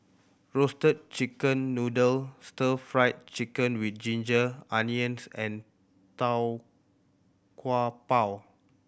Roasted Chicken Noodle Stir Fried Chicken With Ginger Onions and Tau Kwa Pau